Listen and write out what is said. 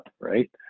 right